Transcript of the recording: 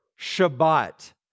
Shabbat